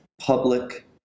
public